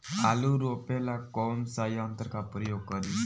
आलू रोपे ला कौन सा यंत्र का प्रयोग करी?